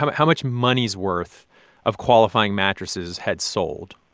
how but how much money's worth of qualifying mattresses had sold?